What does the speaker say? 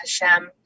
Hashem